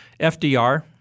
FDR